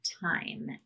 time